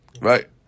right